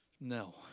No